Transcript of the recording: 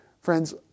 Friends